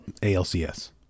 ALCS